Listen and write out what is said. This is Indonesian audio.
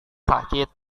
sakit